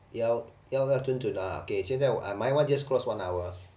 要要不要准准啊 K 现在 my one just crossed one hour